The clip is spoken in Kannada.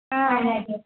ಹಾಂ